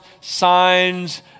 signs